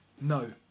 No